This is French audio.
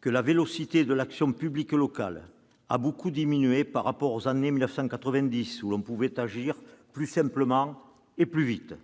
que la vélocité de l'action publique locale a beaucoup diminué par rapport aux années 1990 où l'on pouvait agir plus simplement et plus vite